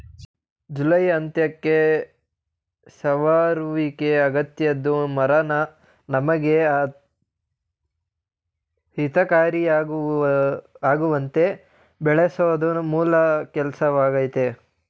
July ಅಂತ್ಯಕ್ಕೆ ಸವರುವಿಕೆ ಅಗತ್ಯದ್ದು ಮರನ ನಮಗೆ ಹಿತಕಾರಿಯಾಗುವಂತೆ ಬೆಳೆಸೋದು ಮೂಲ ಕೆಲ್ಸವಾಗಯ್ತೆ